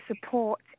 support